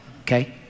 Okay